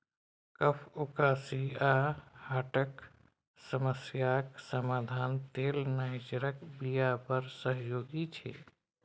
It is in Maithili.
कफ, उकासी आ हार्टक समस्याक समाधान लेल नाइजरक बीया बड़ सहयोगी छै